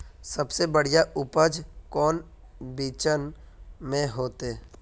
सबसे बढ़िया उपज कौन बिचन में होते?